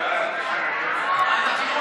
להעביר את הצעת חוק ההוצאה לפועל (תיקון,